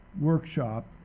workshop